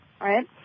right